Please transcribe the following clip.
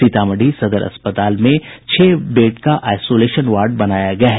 सीतामढ़ी सदर अस्पताल में छह बेड का आईसोलेशन वार्ड बनाया गया है